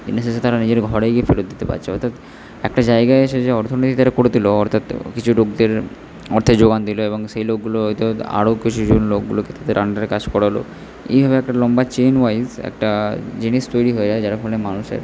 দিনের শেষে তারা নিজের ঘরে গিয়ে ফেরত দিতে পারছে অর্থাৎ একটা জায়গায় এসে যে অর্থনীতি তারা করে দিল অর্থাৎ কিছু লোকদের অর্থের যোগান দিল এবং সেই লোকগুলো হয়তো আরও কিছুজন লোকগুলোকে তাদের আন্ডারে কাজ করালো এইভাবে একটা লম্বা চেন ওয়াইজ একটা জিনিস তৈরি হয়ে যায় যার ফলে মানুষের